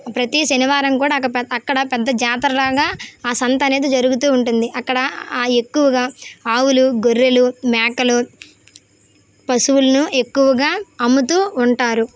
ప్రతీ శనివారం కూడా అక్క పెద్ద అక్కడ పెద్ద జాతరలాగా ఆ సంత అనేది జరుగుతూ ఉంటుంది అక్కడ ఆ ఎక్కువగా ఆవులు గొర్రెలు మేకలు పశువులను ఎక్కువగా అమ్ముతూ ఉంటారు